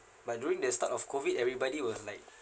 but during the start of COVID everybody were like